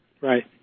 Right